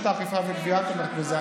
את אומרת שרשות האכיפה והגבייה תומכת בזה.